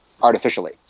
Artificially